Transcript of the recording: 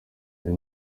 iyi